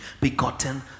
begotten